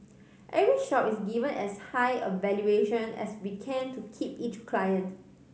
every shop is giving as high a valuation as we can to keep each client